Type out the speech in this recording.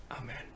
Amen